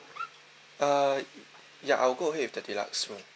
uh ya I will go ahead with the deluxe room